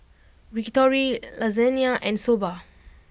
Yakitori Lasagne and Soba